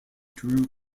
grew